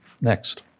Next